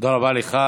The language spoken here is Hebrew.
תודה רבה לך.